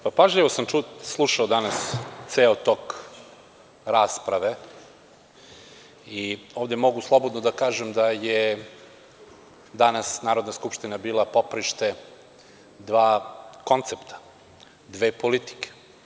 Pažljivo sam slušao danas ceo tok rasprave i ovde mogu slobodno da kažem da je danas Narodna skupština bila poprište dva koncepta, dve politike.